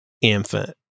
infant